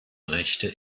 rechte